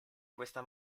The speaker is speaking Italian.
questa